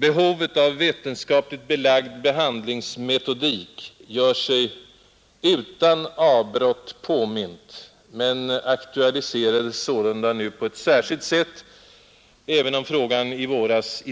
Behovet av vetenskapligt belagd behandlingsmetodik eller teknik gör sig alltså utan avbrott påmint. Men detta behov aktualiserades nu på ett alldeles särskilt sätt. I trängseln i våras